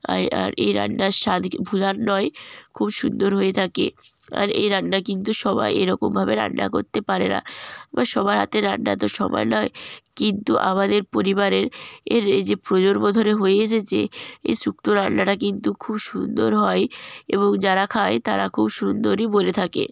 I আর এই রান্নার স্বাদ কি ভোলার নয় খুব সুন্দর হয়ে থাকে আর এই রান্না কিন্তু সবাই এরকমভাবে রান্না করতে পারে না বা সবার হাতের রান্না তো সমান নয় কিন্তু আমাদের পরিবারের এই যে প্রজন্ম ধরে হয়ে এসেছে এই শুক্ত রান্নাটা কিন্তু খুব সুন্দর হয় এবং যারা খায় তারা খুব সুন্দরই বলে থাকে